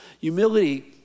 Humility